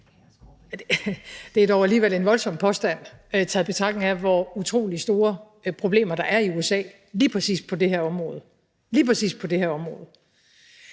Det er dog alligevel en voldsom påstand, i betragtning af hvor store problemer der er i USA lige præcis på det her område – lige præcis på det her område.